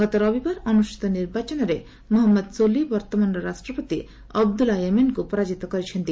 ଗତ ରବିବାର ଅନୁଷ୍ଠିତ ନିର୍ବାଚନରେ ମହଜ୍ମଦ ସୋଲି ବର୍ତ୍ତମାନର ରାଷ୍ଟ୍ରପତି ଅବଦୁଲ୍ଲା ୟେମେନଙ୍କୁ ପରାଜିତ କରିଛନ୍ତି